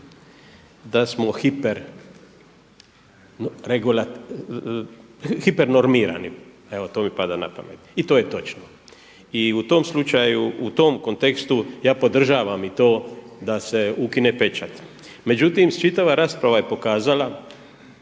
da smo hiper normirani, evo to mi pada na pamet i to je točno. I u tom slučaju, u tom kontekstu ja podržavam i to da se ukine pečat. Međutim, čitava rasprava je pokazala